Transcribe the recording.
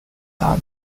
are